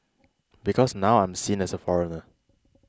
because now I'm seen as a foreigner